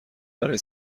برای